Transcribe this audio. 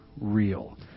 real